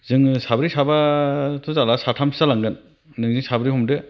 जोङो साब्रै साबा थ' जाला साथामसो जालांगोन नोंजों साब्रै हमदो